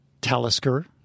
Talisker